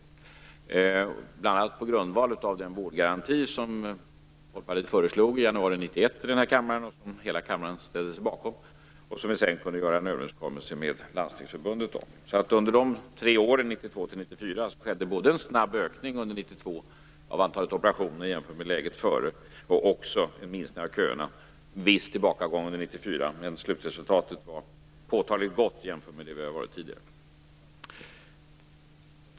Detta skedde bl.a. på grundval av den vårdgaranti som Folkpartiet föreslog i januari 1991, som hela kammaren ställde sig bakom och som vi sedan kunde träffa en överenskommelse om med Under de tre åren 1992-1994 skedde både en snabb ökning av antalet operationer 1992 jämfört med läget före och en minskning av köerna. Det var en viss tillbakagång under 1994, men slutresultatet var påtagligt gott jämfört med tidigare.